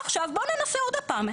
ועכשיו בואו ננסה עוד פעם.